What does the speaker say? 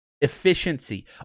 Efficiency